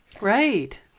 right